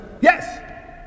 Yes